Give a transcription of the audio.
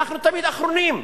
אנחנו תמיד אחרונים.